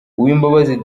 uwimbabazi